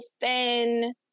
thin